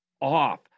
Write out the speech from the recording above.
off